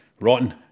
rotten